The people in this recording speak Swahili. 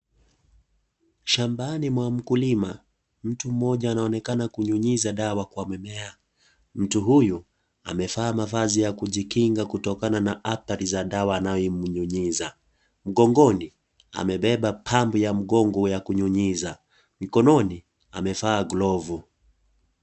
Shambani mwa mkulima, mtu mmoja anaonekana kunyunyuzia dawa kwa mimea. Mtu huyu ameaa mvazi ya kujikinga kutokana na athari za dawa anayomnyunyiza. Mgongoni amebeba pambu ya mgongo ya kunyunyiza. Mkononi amevaa glovu.